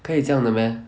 可以这样的 meh